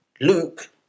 Luke